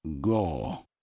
go